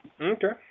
Okay